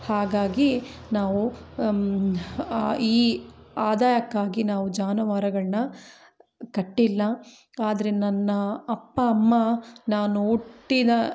ಹಾಗಾಗಿ ನಾವು ಈ ಆದಾಯಕ್ಕಾಗಿ ನಾವು ಜಾನವಾರಗಳನ್ನ ಕಟ್ಟಿಲ್ಲ ಆದ್ರೆ ನನ್ನ ಅಪ್ಪ ಅಮ್ಮ ನಾನು ಹುಟ್ಟಿದ